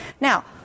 Now